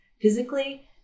physically